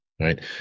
right